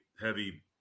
heavy